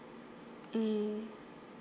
mm